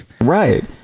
right